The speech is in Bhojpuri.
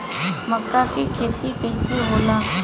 मका के खेती कइसे होला?